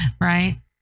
right